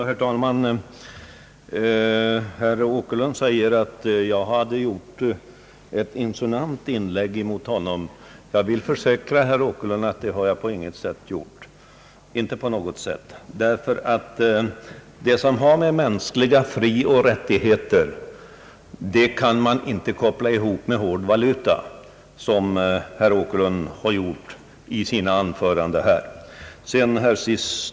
Herr talman! Herr Åkerlund säger att jag gjort ett insinuant inlägg mot honom. Jag vill försäkra honom att jag inte på något sätt gjort det. Det som har att göra med mänskliga frioch rättigheter kan man nämligen inte koppla ihop med hårdvaluta, som herr Åkerlund har gjort i sina anföranden här.